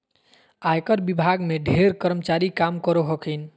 आयकर विभाग में ढेर कर्मचारी काम करो हखिन